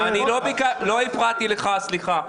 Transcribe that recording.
לא הפרעתי לך, סליחה.